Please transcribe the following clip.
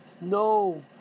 No